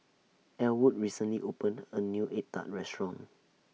Elwood recently opened A New Egg Tart Restaurant